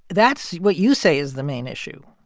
that's what you say is the main issue.